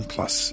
Plus